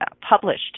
published